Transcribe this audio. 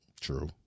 true